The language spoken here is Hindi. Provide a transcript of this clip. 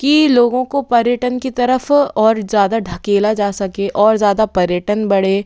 कि लोगों को पर्यटन की तरफ़ और ज़्यादा ढकेला जा सके और ज़्यादा पर्यटन बढ़े